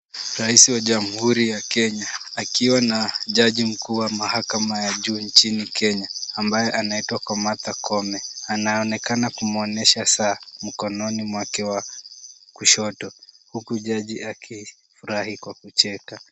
Rais wa Jamhuri ya Kenya, akiwa na jaji mkuu wa mahakama ya juu nchini Kenya ,ambaye anaitwa Martha Koome anaonekana akimwonyesha saa mkononi mwake wa kushoto, huku jaji akifurahi kwa kucheka.